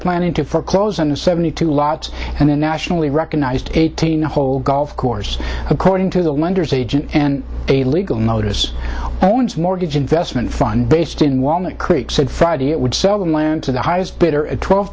planning to foreclose on the seventy two lots and a nationally recognized eighteen hole golf course according to the lenders agent and a legal notice mortgage investment fund based in walnut creek said friday it would sell the land to the highest bidder at twelve